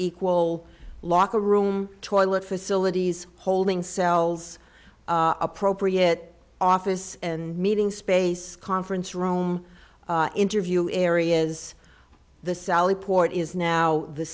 equal locker room toilet facilities holding cells appropriate office and meeting space conference room interview areas the sally port is now the